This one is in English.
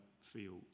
feel